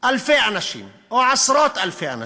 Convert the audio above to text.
אלפי אנשים או עשרות-אלפי אנשים,